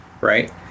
right